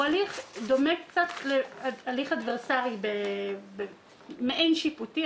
הוא הליך שקצת דומה להליך אדוורסרי, מעין שפוטי.